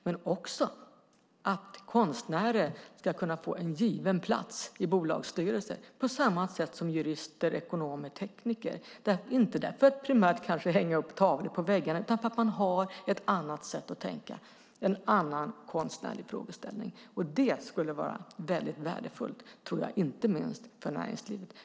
Men det gäller också att konstnärer ska kunna få en given plats i bolagsstyrelser på samma sätt som jurister, ekonomer och tekniker - inte för att primärt hänga upp tavlor på väggarna utan därför att man har ett annat sätt att tänka, en annan konstnärlig frågeställning. Det tror jag skulle vara väldigt värdefullt inte minst för näringslivet.